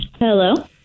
Hello